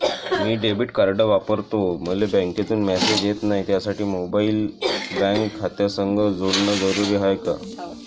मी debit card वापरतो मले बँकेतून मॅसेज येत नाही, त्यासाठी मोबाईल बँक खात्यासंग जोडनं जरुरी हाय का?